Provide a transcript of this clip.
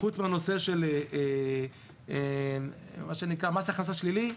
חוץ מהנושא של מס הכנסה שלילי,